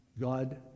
God